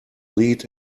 lead